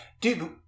Dude